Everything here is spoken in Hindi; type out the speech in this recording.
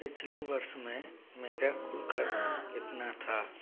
पिछले वर्ष में मेरा कुल खर्च कितना था